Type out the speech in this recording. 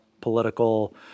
political